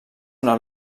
una